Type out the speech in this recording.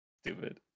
stupid